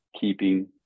keeping